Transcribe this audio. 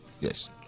Yes